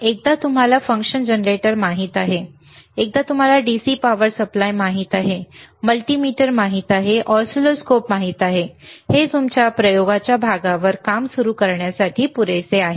तर एकदा तुम्हाला फंक्शन जनरेटर माहित आहे एकदा तुम्हाला DC पॉवर सप्लाय माहित आहे एकदा तुम्हाला मल्टीमीटर माहित आहे एकदा तुम्हाला ऑसिलोस्कोप माहित आहे ते तुमच्या प्रयोगाच्या भागावर काम सुरू करण्यासाठी पुरेसे आहे